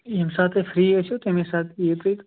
ییٚمہِ ساتہٕ تُہۍ فرٛی ٲسِو تہٕ تَمی ساتہٕ یِیِو تُہۍ